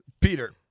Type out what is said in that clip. Peter